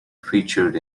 featured